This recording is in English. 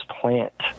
plant